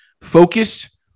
Focus